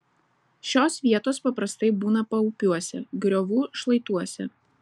šios vietos paprastai būna paupiuose griovų šlaituose